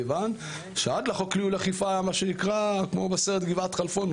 כיוון שעד לחוק ניהול אכיפה זה היה כמו בסרט גבעת חלפון,